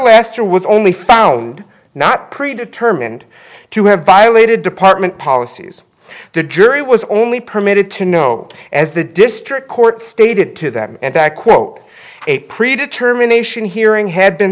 lester was only found not pre determined to have violated department policies the jury was only permitted to know as the dist court stated to that end that quote a pre determination hearing had been